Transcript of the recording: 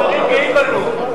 הבוחרים גאים בנו.